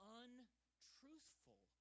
untruthful